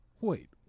Wait